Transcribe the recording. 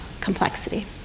complexity